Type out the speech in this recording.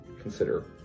consider